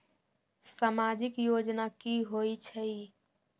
समाजिक योजना की होई छई?